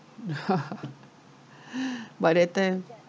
by that time